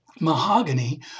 mahogany